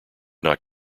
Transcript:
not